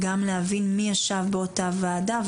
וגם להבין מי ישב באותה ועדה,